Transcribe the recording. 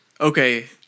Okay